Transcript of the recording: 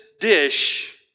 dish